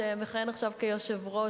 שמכהן עכשיו כיושב-ראש,